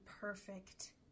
perfect